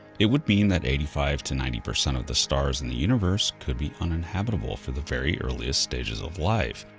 it would mean that eighty five to ninety percent of the stars in the universe could be uninhabitable for the very earliest stages of life.